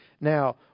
now